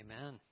Amen